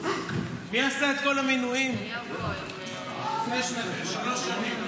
מי עשה את כל המינויים לפני שלוש שנים?